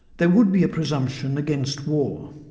there would be a presumption against war.